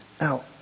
Now